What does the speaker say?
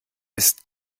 ist